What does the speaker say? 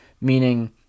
Meaning